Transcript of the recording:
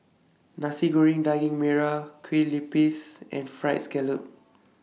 Nasi Goreng Daging Merah Kueh Lopes and Fried Scallop